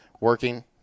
working